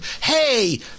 hey